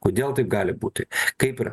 kodėl taip gali būti kaip yra